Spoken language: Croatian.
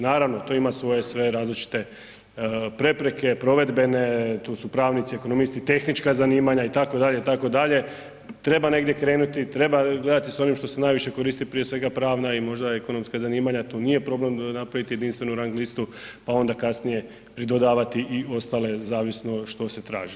Naravno to ima svoje sve različite prepreke, provedbene, tu su pravnici, ekonomisti, tehnička zanimanja itd., itd., treba negdje krenuti, treba gledati sa onim što se najviše koristi, prije svega pravna i možda ekonomska zanimanja, tu nije problem napraviti jedinstvenu rang listu pa onda kasnije pridodavati i ostale zavisno što se traži.